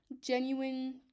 genuine